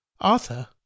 Arthur